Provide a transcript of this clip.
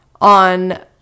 on